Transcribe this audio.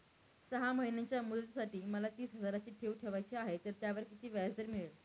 सहा महिन्यांच्या मुदतीसाठी मला तीस हजाराची ठेव ठेवायची आहे, तर त्यावर किती व्याजदर मिळेल?